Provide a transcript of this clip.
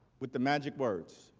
with the magic words.